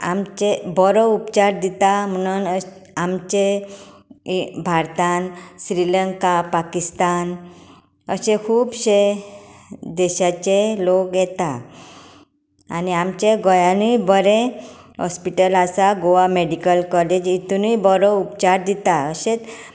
आमचे बरो उपचार दिता म्हणून आमच्या भारतांत श्रीलंका पाकिस्तान अशे खूबशे देशाचे लोक येतात आनी आमच्या गोंयांनूय बरें हॉस्पीटल आसा गोवा मॅडीकल कॉलेज हातूनय बरो उपचार दिता अशेंच